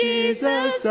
Jesus